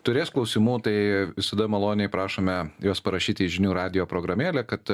turės klausimų tai visada maloniai prašome juos parašyti į žinių radijo programėlę kad